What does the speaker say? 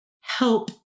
help